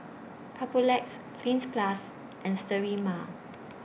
Papulex Cleanz Plus and Sterimar